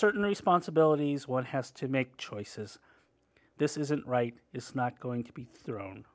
certain responsibilities one has to make choices this isn't right it's not going to be thrown